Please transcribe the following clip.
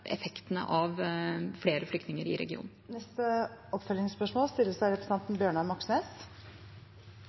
effektene av flere flyktninger i regionen. Bjørnar Moxnes – til oppfølgingsspørsmål. NATO-landet Tyrkias ulovlige invasjon av